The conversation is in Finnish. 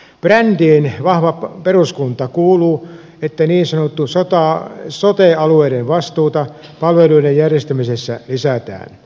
brändiin vahva peruskunta kuuluu että niin sanottujen sote alueiden vastuuta palveluiden järjestämisessä lisätään